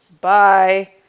Bye